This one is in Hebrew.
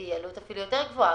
היא עלות אפילו יותר גבוהה.